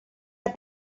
had